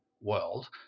world